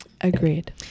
Agreed